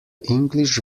english